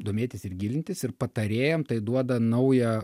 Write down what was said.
domėtis ir gilintis ir patarėjam tai duoda naują